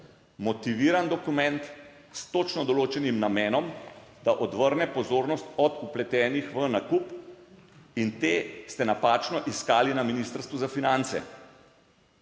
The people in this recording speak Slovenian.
motiviran dokument s točno določenim namenom, da odvrne pozornost od vpletenih v nakup in te ste napačno iskali na Ministrstvu za finance.